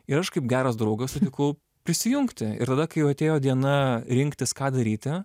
ir aš kaip geras draugas sutikau prisijungti ir tada kai jau atėjo diena rinktis ką daryti